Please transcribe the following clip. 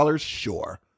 Sure